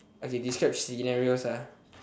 okay describe scenarios ah